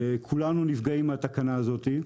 וכולנו נפגעים מהתקנה הזאת.